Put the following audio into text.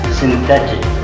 synthetic